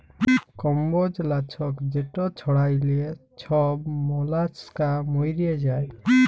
কম্বজ লাছক যেট ছড়াইলে ছব মলাস্কা মইরে যায়